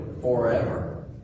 forever